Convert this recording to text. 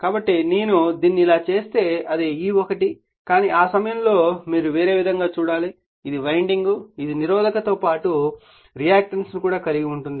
కాబట్టి నేను దీన్ని ఇలా చేస్తే అది E1 కానీ ఆ సమయంలో మీరు వేరే విధంగా చూడాలి ఇది వైండింగ్ ఇది నిరోధకతతో పాటు రియాక్టన్స్ ను కూడా కలిగి ఉంటుంది